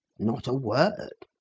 not a word.